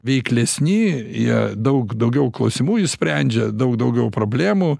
veiklesni jie daug daugiau klausimų išsprendžia daug daugiau problemų